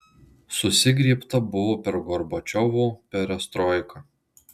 susigriebta buvo per gorbačiovo perestroiką